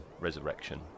Resurrection